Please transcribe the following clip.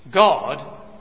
God